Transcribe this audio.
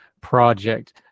Project